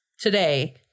today